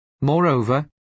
Moreover